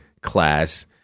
class